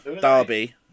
Derby